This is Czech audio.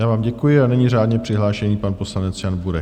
Já vám děkuji a nyní řádně přihlášený pan poslanec Jan Bureš.